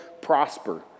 prosper